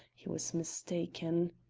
he was mistaken.